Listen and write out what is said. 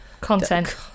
Content